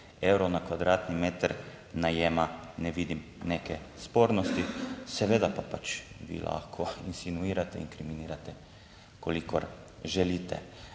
na kvadratni najema, ne vidim neke spornosti. Seveda pa pač vi lahko insinuirate, inkriminirate kolikor želite.